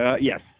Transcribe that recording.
Yes